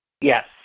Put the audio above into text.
Yes